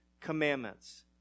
commandments